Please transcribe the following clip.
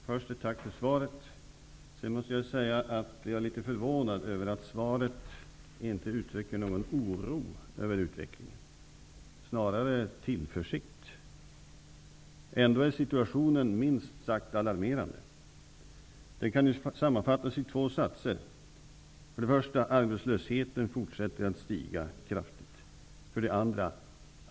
Fru talman! Först ett tack för svaret. Jag är lite förvånad över att svaret inte ger uttryck för någon oro över utvecklingen utan snarare tillförsikt. Ändå är situationen minst sagt alarmerande. Den kan sammanfattas i två satser: 1. Arbetslösheten fortsätter att stiga kraftigt. 2.